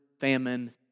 famine